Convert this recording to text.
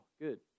Good